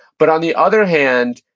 but on the other hand,